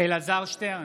אלעזר שטרן,